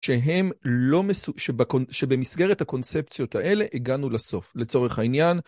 שהם לא מסוגל... שבמסגרת הקונספציות האלה הגענו לסוף, לצורך העניין.